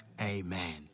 amen